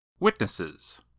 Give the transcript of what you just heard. Witnesses